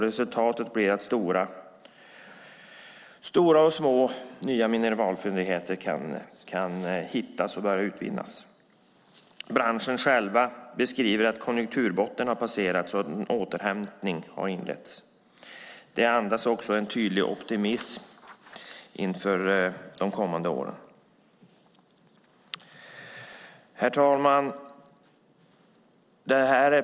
Resultatet blir att stora och små nya mineralfyndigheter kan hittas och börja utvinnas. Branschen själv beskriver att konjunkturbotten har passerats och att en återhämtning har inletts. Den andas också en tydlig optimism inför de kommande åren. Herr talman!